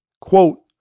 Quote